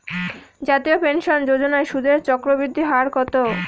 জাতীয় পেনশন যোজনার সুদের চক্রবৃদ্ধি হার কত?